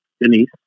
Denise